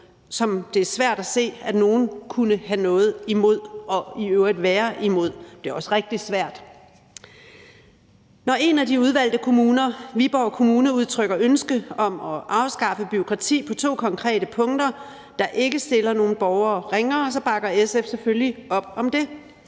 det er svært at se at nogen kunne have noget imod og i øvrigt være imod – det er også rigtig svært. Når en af de udvalgte kommuner, Viborg Kommune, udtrykker ønske om at afskaffe bureaukrati på to konkrete punkter, og det ikke stiller nogen borgere ringere, så bakker SF selvfølgelig op om det.